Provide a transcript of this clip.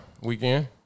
Weekend